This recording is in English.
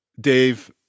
Dave